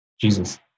Jesus